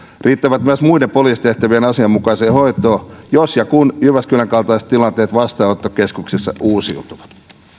riittävät myös muiden poliisitehtävien asianmukaiseen hoitoon jos ja kun jyväskylän kaltaiset tilanteet vastaanottokeskuksissa uusiutuvat